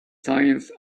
science